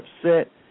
upset